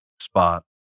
spot